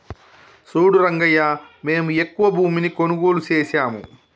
సూడు రంగయ్యా మేము ఎక్కువ భూమిని కొనుగోలు సేసాము